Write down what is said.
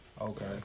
Okay